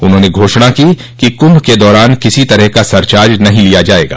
उन्होंने घोषणा की कि कुंभ के दौरान किसी तरह का सरचार्ज नहीं लिया जायेगा